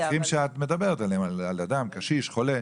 כן, למקרים שאת מדברת עליהם, על אדם קשיש, חולה.